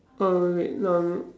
oh wait wait